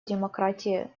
демократии